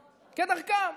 כדרכם.